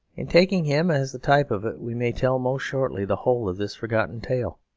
in taking him as the type of it we may tell most shortly the whole of this forgotten tale.